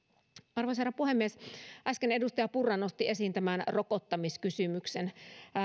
arvoisa herra puhemies äsken edustaja purra nosti esiin tämän rokottamiskysymyksen